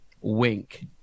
Wink